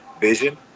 vision